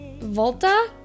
Volta